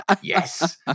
Yes